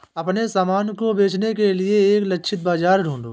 अपने सामान को बेचने के लिए एक लक्षित बाजार ढूंढो